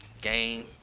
Game